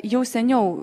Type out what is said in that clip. jau seniau